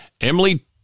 Emily